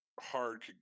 hard